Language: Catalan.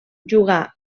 jugà